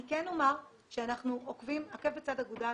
אני כן אומר שאנחנו עוקבים עקב בצד אגודל